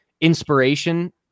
inspiration